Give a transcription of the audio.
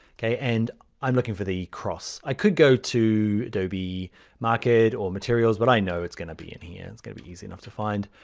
and i'm looking for the cross, i could go to adobe market, or materials. but i know it's going to be in here, it's going to be easy enough to find.